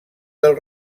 del